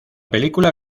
película